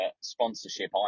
sponsorship